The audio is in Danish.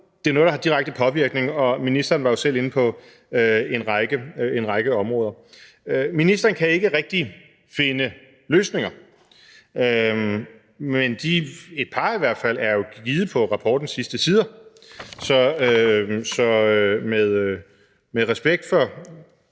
det er noget, der har direkte påvirkning, og ministeren var jo selv inde på en række områder. Ministeren kan ikke rigtig finde løsninger, men et par er jo i hvert fald givet på rapportens sidste sider, så med respekt for